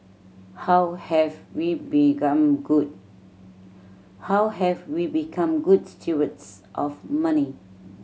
how have we become good how have we become good stewards of money